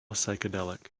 psychedelic